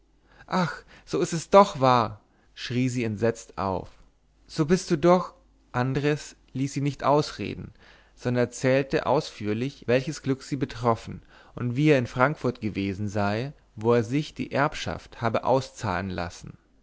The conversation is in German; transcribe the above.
ach so ist es doch wahr schrie sie entsetzt auf so bist du doch andres ließ sie nicht ausreden sondern erzählte ausführlich welches glück sie betroffen und wie er in frankfurt gewesen sei wo er sich ihre erbschaft habe auszahlen lassen